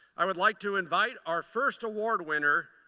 i would like to invite our first award winner,